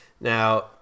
Now